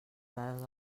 dades